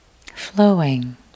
flowing